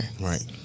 right